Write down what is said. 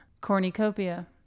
Cornucopia